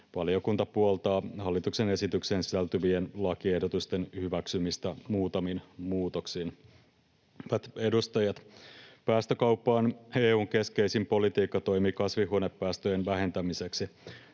Valiokunta puoltaa hallituksen esitykseen sisältyvien lakiehdotusten hyväksymistä muutamin muutoksin. Hyvät edustajat! Päästökauppa on EU:n keskeisin politiikkatoimi kasvihuonepäästöjen vähentämiseksi.